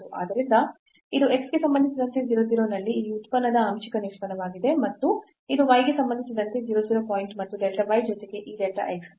ಆದ್ದರಿಂದ ಇದು x ಗೆ ಸಂಬಂಧಿಸಿದಂತೆ 0 0 ನಲ್ಲಿ ಆ ಉತ್ಪನ್ನದ ಆಂಶಿಕ ನಿಷ್ಪನ್ನವಾಗಲಿದೆ ಮತ್ತು ಇದು y ಗೆ ಸಂಬಂಧಿಸಿದಂತೆ 0 0 ಪಾಯಿಂಟ್ ಮತ್ತು delta y ಜೊತೆಗೆ ಈ delta x